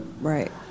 Right